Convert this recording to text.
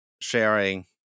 sharing